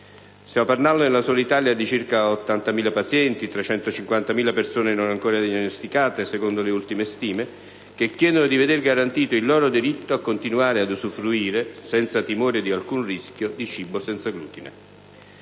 Stiamo parlando nella sola Italia di circa 80.000 pazienti e di 350.000 persone non ancora diagnosticate, secondo le ultime stime, che chiedono di vedere garantito il loro diritto a continuare ad usufruire, senza timore di alcun rischio, di cibo senza glutine.